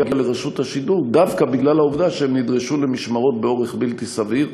לרשות השידור דווקא בגלל העובדה שהם נדרשו למשמרות באורך בלתי סביר,